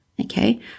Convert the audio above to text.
Okay